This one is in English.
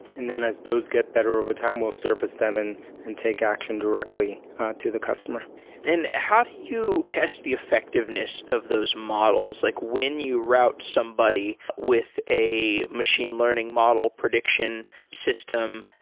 and then as those get better over time, we'll surface them and and take action directly to the customer and how do you test the effectiveness of those models? like when you route somebody with a machine learning model prediction system,